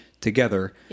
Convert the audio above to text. together